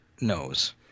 knows